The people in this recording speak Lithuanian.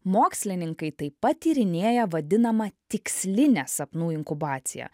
mokslininkai taip pat tyrinėja vadinamą tikslinę sapnų inkubaciją